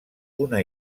una